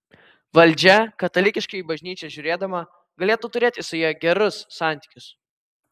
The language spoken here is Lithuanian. valdžia katalikiškai į bažnyčią žiūrėdama galėtų turėti su ja gerus santykius